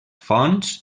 fonts